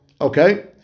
Okay